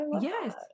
Yes